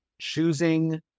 choosing